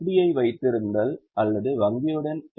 யை வைத்திருத்தல் அல்லது வங்கியுடன் எஃப்